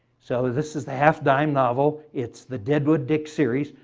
so this is the half-dime novel. it's the deadwood dick series.